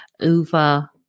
over